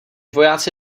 vojáci